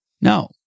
No